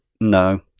No